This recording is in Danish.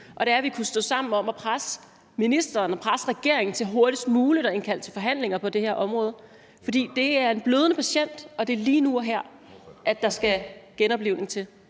nemlig at vi kunne stå sammen om at presse ministeren og presse regeringen til hurtigst muligt at indkalde til forhandlinger på det her område. For det er en blødende patient, og det er lige nu og her, der skal en genoplivning til.